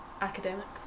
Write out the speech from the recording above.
academics